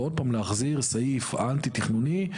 ועוד פעם להחזיר סעיף אנטי תכנוני,